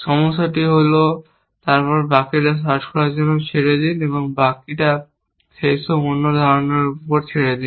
সমস্যা হল তারপর বাকিটা সার্চ করার জন্য ছেড়ে দিন এবং বাকিটা সেইসব অন্যান্য ধরণের জিনিসের উপর ছেড়ে দিন